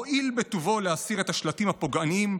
הואיל בטובו להסיר את השלטים הפוגעניים,